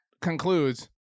concludes